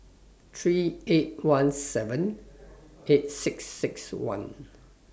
three eight one seven eight six six one